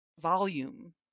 volume